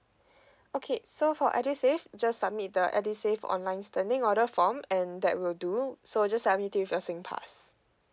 okay so for edusave just submit the edusave online standing order form and that will do so just submit with your singpass